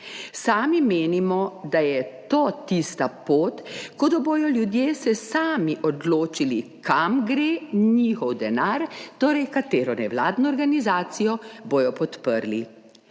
Sami menimo, da je to tista pot, kot da bodo ljudje se sami odločili, kam gre njihov denar, torej katero nevladno organizacijo bodo podprli.